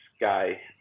guy